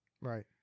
right